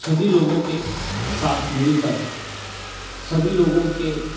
सभी लोगों के साथ मिलकर सभी लोगों के